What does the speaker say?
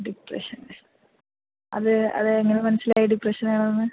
depression അത് അതെങ്ങനെ മനസ്സിലായി ഡിപ്രഷൻ ആണെന്ന്